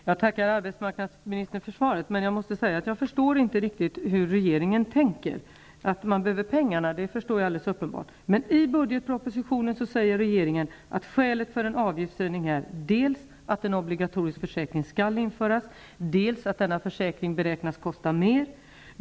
Herr talman! Jag tackar arbetsmarknadsminis tern för svaret. Men jag måste säga att jag inte rik tigt förstår hur regeringen tänker. Att pengarna behövs förstår jag. Det är alldeles uppenbart att de behövs. Men i budgetpropositionen säger rege ringen att skälet för en avgiftshöjning är dels att en obligatorisk försäkring skall införas, dels att denna försäkring beräknas kosta mer.